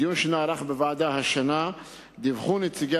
בדיון שנערך בוועדה השנה דיווחו נציגי